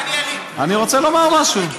אבל אני רוצה לומר משהו.